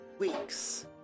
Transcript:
Weeks